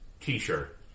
t-shirt